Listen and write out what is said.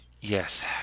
Yes